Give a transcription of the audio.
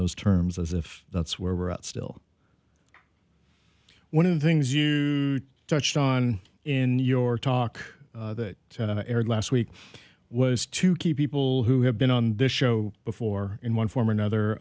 those terms as if that's where we're out still one of the things you touched on in your talk that aired last week was to keep people who have been on this show before in one form or another